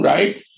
Right